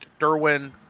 Derwin